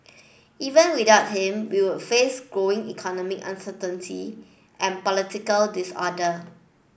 even without him we would face growing economic uncertainty and political disorder